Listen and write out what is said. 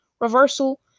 reversal